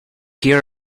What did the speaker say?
here